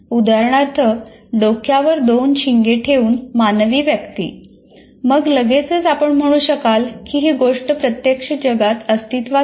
उदाहरणार्थ डोक्यावर दोन शिंगे ठेवून मानवी व्यक्ती मग लगेचच आपण म्हणू शकाल की ही गोष्ट प्रत्यक्ष जगात अस्तित्वात नाही